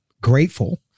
grateful